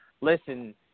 listen